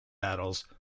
battles